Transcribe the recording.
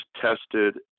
tested